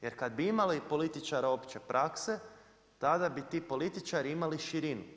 Jer kad bi imali političara opće prakse tada bi ti političari imali širinu.